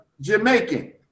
Jamaican